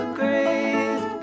great